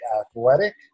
Athletic